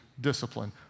Discipline